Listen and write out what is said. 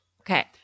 Okay